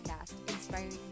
inspiring